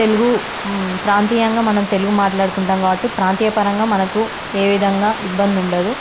తెలుగు ప్రాంతీయంగా మనం తెలుగు మాట్లాడుకుంటాము కాబట్టి ప్రాంతీయపరంగా మనకు ఏ విధంగా ఇబ్బంది ఉండదు